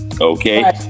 Okay